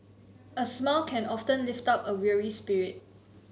a smile can often lift up a weary spirit